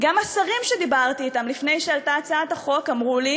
גם השרים שדיברתי אתם לפני שעלתה הצעת החוק אמרו לי